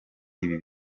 ibi